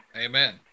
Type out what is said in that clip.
Amen